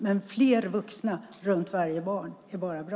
Men fler vuxna runt varje barn är bara bra.